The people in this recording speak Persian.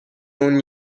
اون